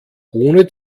ohne